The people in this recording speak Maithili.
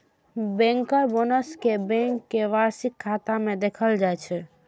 बैंकर्स बोनस कें बैंक के वार्षिक खाता मे देखाएल जाइ छै